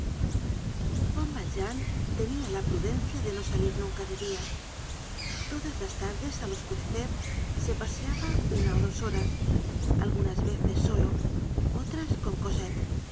juan valjean tenia la prudencia de no salir nunca de dia todas las tardes al oscurecer se paseaba una ó dos horas algunas veces solo otras con